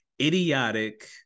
idiotic